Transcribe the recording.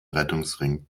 rettungsring